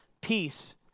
Peace